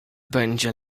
będzie